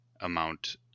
amount